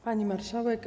Pani Marszałek!